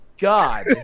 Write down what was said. god